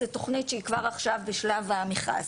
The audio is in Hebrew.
זה תוכנית שהיא כבר עכשיו בשלב המכרז.